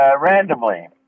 randomly